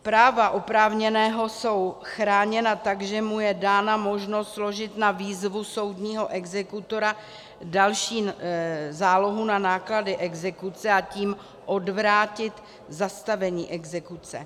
Práva oprávněného jsou chráněna tak, že mu je dána možnost složit na výzvu soudního exekutora další zálohu na náklady exekuce, a tím odvrátit zastavení exekuce.